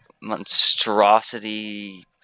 monstrosity